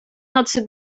nocy